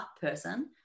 person